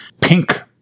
pink